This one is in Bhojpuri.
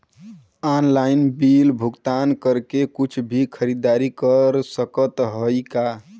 ऑनलाइन बिल भुगतान करके कुछ भी खरीदारी कर सकत हई का?